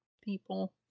people